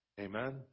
Amen